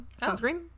sunscreen